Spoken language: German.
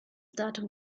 datum